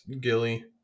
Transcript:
Gilly